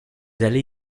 allez